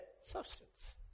substance